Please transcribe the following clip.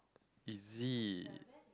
is it